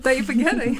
taip gerai